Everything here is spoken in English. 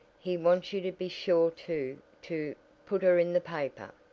he wants you to be sure to to put her in the paper.